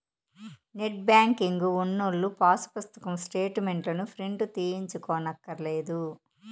net banking ఉన్నోల్లు pass పుస్తకం స్టేటు మెంట్లుని ప్రింటు తీయించుకోనక్కర్లే